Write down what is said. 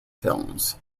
films